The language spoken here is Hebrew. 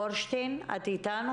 את איתנו?